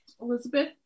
Elizabeth